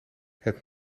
het